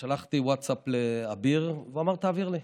שלחתי ווטסאפ לאביר, והוא אמר: תעביר לי,